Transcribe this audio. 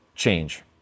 change